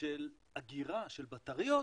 של אגירה, של בטריות,